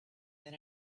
than